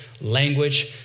language